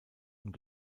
und